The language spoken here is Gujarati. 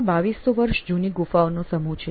આ 2200 વર્ષ જૂની ગુફાઓનો સમૂહ છે